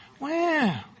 Wow